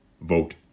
vote